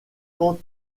quand